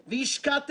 ולסיום